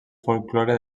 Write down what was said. folklore